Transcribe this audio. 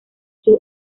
sus